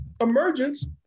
emergence